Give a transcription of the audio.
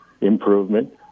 Improvement